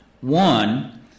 One